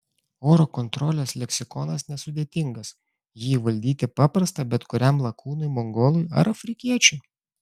oro kontrolės leksikonas nesudėtingas jį įvaldyti paprasta bet kuriam lakūnui mongolui ar afrikiečiui